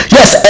Yes